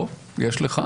לא, יש לך.